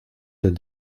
del